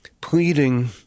pleading